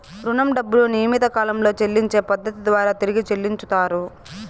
రుణం డబ్బులు నియమిత కాలంలో చెల్లించే పద్ధతి ద్వారా తిరిగి చెల్లించుతరు